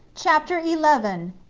chapter eleven.